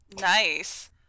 Nice